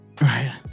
Right